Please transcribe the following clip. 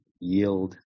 yield